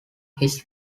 his